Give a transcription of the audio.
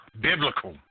biblical